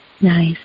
Nice